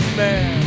man